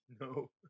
No